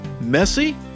messy